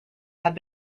have